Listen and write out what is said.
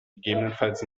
gegebenenfalls